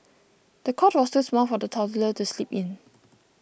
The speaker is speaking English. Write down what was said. the cot was too small for the toddler to sleep in